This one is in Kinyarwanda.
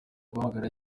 guhamagarwa